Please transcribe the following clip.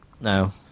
No